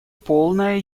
полное